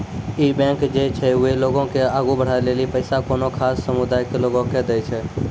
इ बैंक जे छै वें लोगो के आगु बढ़ै लेली पैसा कोनो खास समुदाय के लोगो के दै छै